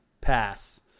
pass